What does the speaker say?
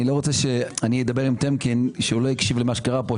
אני לא רוצה ש אני אדבר עם טמקין שהוא לא הקשיב למה שקרה פה,